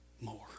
more